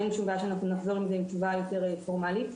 אנחנו נחזור עם תשובה יותר פורמאלית.